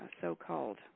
so-called